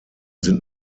sind